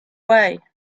way